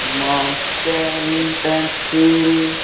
munch pen pencil